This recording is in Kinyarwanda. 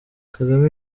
kagame